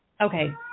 Okay